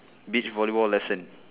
beach volleyball lesson